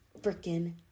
freaking